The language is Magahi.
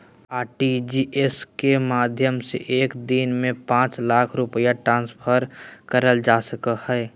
आर.टी.जी.एस के माध्यम से एक दिन में पांच लाख रुपया ट्रांसफर करल जा सको हय